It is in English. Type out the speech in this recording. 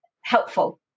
helpful